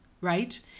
right